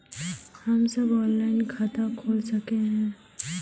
हम सब ऑनलाइन खाता खोल सके है?